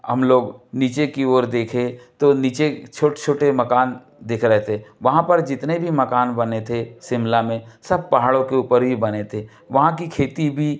हम लोग नीचे की ओर देखें तो नीचे छोटे छोटे मकान दिख रहे थे वहाँ पर जितने भी मकान बने थे शिमला में सब पहाड़ों के ऊपर ही बने थे वहाँ की खेती भी